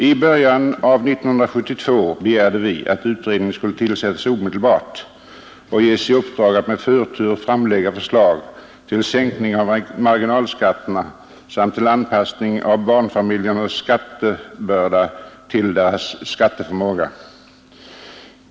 I början av 1972 begärde vi att utredningen skulle tillsättas omedelbart och ges i uppdrag att med förtur framlägga förslag till sänkning av marginalskatterna samt till anpassning av barnfamiljernas skattebörda till deras skatteförmåga.